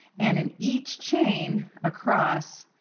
and in each chain across,